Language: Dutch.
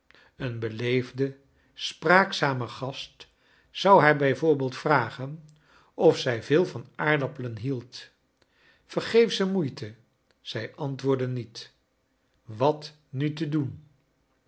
een beleefde spraakzame gast zou haar b v vragen of zij veel van aardappelen hield vergeefsche moeite zij antwoordde niet wat nu te doen